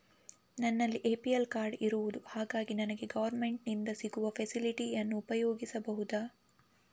ನನ್ನಲ್ಲಿ APL card ಇರುದು ಹಾಗಾಗಿ ನನಗೆ ಗವರ್ನಮೆಂಟ್ ಇಂದ ಸಿಗುವ ಫೆಸಿಲಿಟಿ ಅನ್ನು ಉಪಯೋಗಿಸಬಹುದಾ?